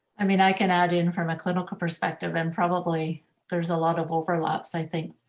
i mean, i can add in from a clinical perspective and probably there's a lot of overlaps, i think,